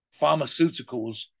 pharmaceuticals